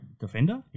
defender